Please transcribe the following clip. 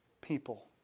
people